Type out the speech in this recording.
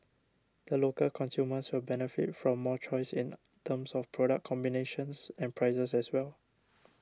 the local consumers will benefit from more choice in terms of product combinations and prices as well